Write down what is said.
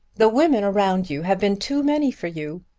the women around you have been too many for you,